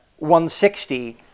160